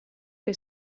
que